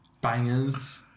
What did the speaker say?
Bangers